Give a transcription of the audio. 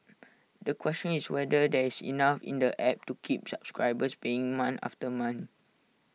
the question is whether there is enough in the app to keep subscribers paying month after month